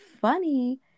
funny